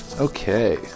Okay